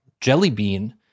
Jellybean